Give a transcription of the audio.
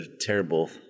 terrible